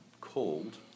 called